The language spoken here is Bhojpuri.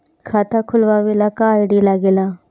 खाता खोलवावे ला का का आई.डी लागेला?